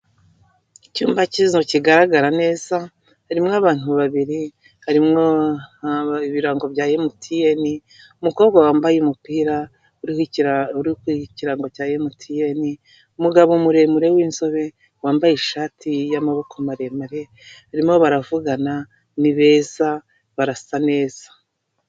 Icyumba cy'inzu kigaragara neza kirimo abantu babiri harimo; ibirango bya emutiyene, umukobwa wambaye umupira uriho ikirango cya emutiyene, umugabo muremure w'inzobe wambaye ishati y'maboko maremare, barimo baravugana ni beza barasa neza.